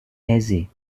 aisée